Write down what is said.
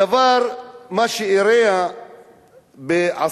הדבר, מה שאירע בעסירה-א-קבליה,